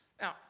Now